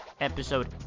episode